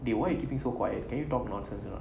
why you keeping so quiet can you talk nonsense or not